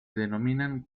denominan